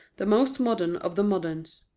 the most modern of the moderns.